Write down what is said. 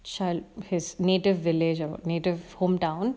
his native village of native home town